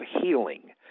healing